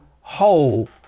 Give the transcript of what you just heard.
whole